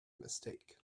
mistake